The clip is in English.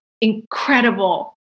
incredible